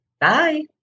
Bye